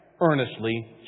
earnestly